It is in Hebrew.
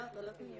לא, לא.